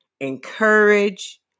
encourage